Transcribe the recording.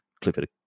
Clifford